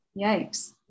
yikes